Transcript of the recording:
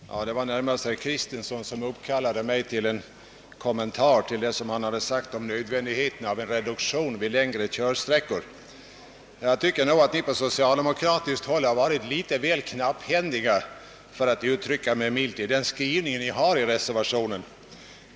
Herr talman! Det var närmast herr Kristenson som uppkallade mig till en kommentar till vad han sade om nödvändigheten av en reduktion vid längre körsträckor. Jag tycker nog att ni på socialdemokratiskt håll har varit väl knapphändiga, för att uttrycka mig milt, med den skrivning ni har i reservationen.